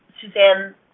Suzanne